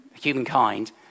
humankind